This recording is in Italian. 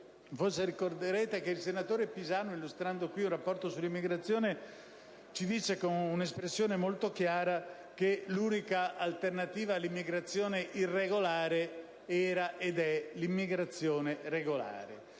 forse ricorderete che il senatore Pisanu, illustrando un rapporto sull'immigrazione, ci disse qui, con un'espressione molto chiara, che l'unica alternativa all'immigrazione irregolare era ed è quella regolare.